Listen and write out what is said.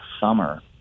summer